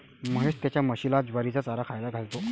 महेश त्याच्या म्हशीला ज्वारीचा चारा खायला घालतो